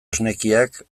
esnekiak